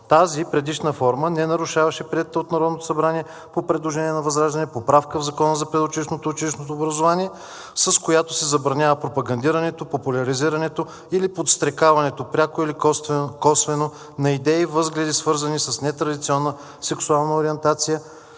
Тази предишна форма не нарушаваше приетата от Народното събрание по предложение на ВЪЗРАЖДАНЕ поправка в Закона за предучилищното и училищното образование, с която се забранява пропагандирането, популяризирането или подстрекаването – пряко или косвено, на идеи и възгледи, свързани с нетрадиционна сексуална ориентация